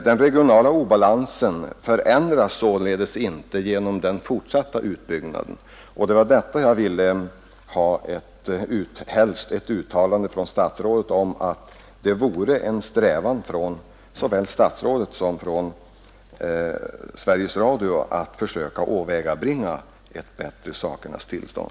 Den regionala obalansen förändras således inte genom den fortsatta utbyggnaden och det var därför jag helst ville ha ett uttalande från statsrådet om att såväl statsrådet som Sveriges Radio strävar efter att söka åvägabringa ett bättre sakernas tillstånd.